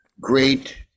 great